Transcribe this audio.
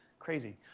crazy.